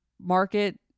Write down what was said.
market